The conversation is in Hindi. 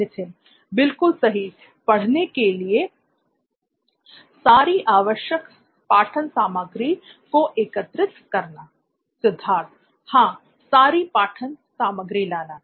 नित्थिन बिल्कुल सही पढ़ने के लिए सारी आवश्यक पाठन सामग्री को एकत्रित करना सिद्धार्थ हां सारी पाठन सामग्री लाना